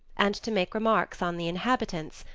and to make remarks on the inhabitants,